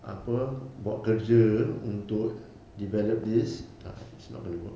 apa buat kerja develop this it's not gonna work